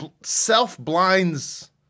self-blinds